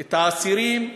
את האסירים,